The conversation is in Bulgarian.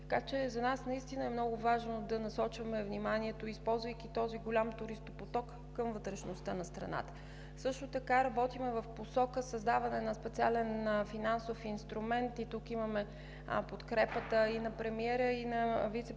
така че за нас наистина е много важно да насочваме вниманието, използвайки този голям туристопоток, към вътрешността на страната. Също така работим в посоката на създаване на специален финансов инструмент. Тук имаме подкрепата и на премиера, и на вицепремиера